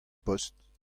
post